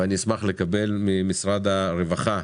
ואני אשמח לקבל ממשרד הרווחה